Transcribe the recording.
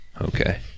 Okay